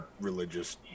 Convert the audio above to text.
religious